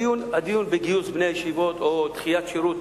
הדיון בגיוס בני-הישיבות או דחיית שירות